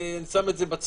אני שם את זה בצד.